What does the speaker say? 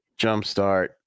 jumpstart